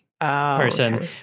person